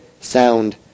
sound